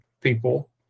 people